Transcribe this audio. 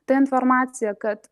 ta informacija kad